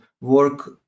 work